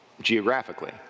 geographically